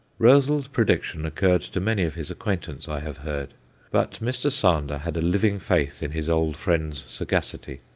roezl's prediction occurred to many of his acquaintance, i have heard but mr. sander had a living faith in his old friend's sagacity.